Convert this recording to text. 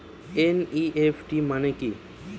NEFT মনে কি?